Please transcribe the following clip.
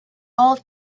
all